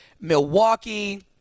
Milwaukee